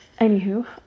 Anywho